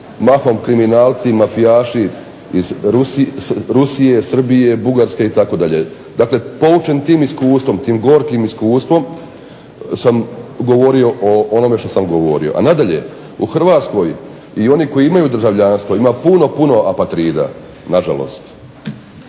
mahom kriminalci, mafijaši iz Rusije, Srbije, Bugarske itd. Dakle poučen tim gorkim iskustvom sam govorio o onome što sam govorio. Nadalje, u Hrvatskoj i oni koji imaju državljanstvu ima puno apatrida na žalost.